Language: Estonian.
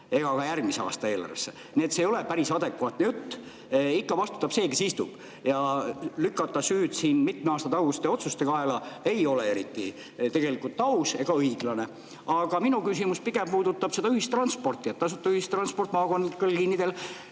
ega ka järgmise aasta eelarvesse. Nii et see ei ole päris adekvaatne jutt. Ikka vastutab see, kes istub, ja lükata süüd siin mitme aasta taguste otsuste kaela ei ole tegelikult eriti aus ega õiglane. Aga minu küsimus puudutab pigem ühistransporti. Tasuta ühistranspordi maakonnaliinidel